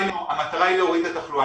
המטרה היא להוריד את התחלואה,